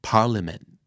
Parliament